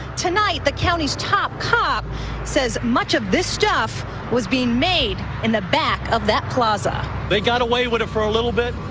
tonight, the county's top cop says much of this stuff was being made in the back of that plaza. they got away with it for a little bit,